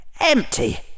empty